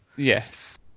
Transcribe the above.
Yes